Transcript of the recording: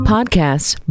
Podcasts